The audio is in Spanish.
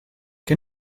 qué